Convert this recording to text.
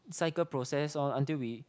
cycle process lor until we